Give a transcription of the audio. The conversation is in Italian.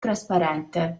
trasparente